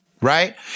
Right